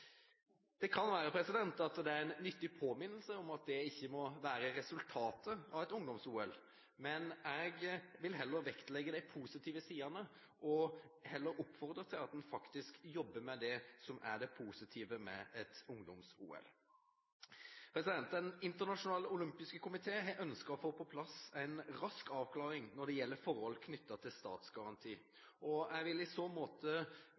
Det kan være at det er en nyttig påminnelse om at det ikke må være resultatet av et ungdoms-OL, men jeg vil vektlegge de positive sidene og heller oppfordre til at en faktisk jobber med det som er det positive med et ungdoms-OL. Den internasjonale olympiske komité har ønsket å få på plass en rask avklaring når det gjelder forhold knyttet til statsgaranti. Jeg vil i så måte